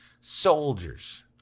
soldiers